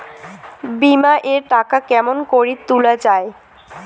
বিমা এর টাকা কেমন করি তুলা য়ায়?